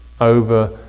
over